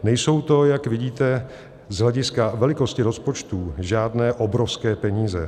Nejsou to, jak vidíte, z hlediska velikosti rozpočtů žádné obrovské peníze.